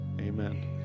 amen